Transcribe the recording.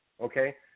okay